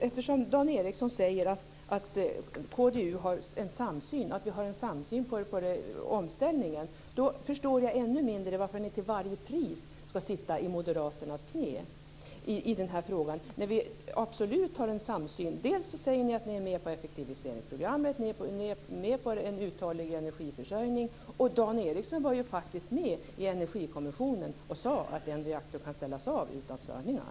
Eftersom Dan Ericsson säger att ni har en absolut samsyn med KDU när det gäller omställningen, förstår jag ännu mindre varför ni till varje pris skall sitta i moderaternas knä i den här frågan. Ni säger att ni är med på effektiviseringsprogrammet och att ni är med på en uthållig energiförsörjning, och Dan Ericsson var ju faktiskt med i Energikommissionen och sade att en reaktor kunde ställas av utan störningar.